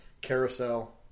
carousel